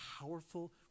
powerful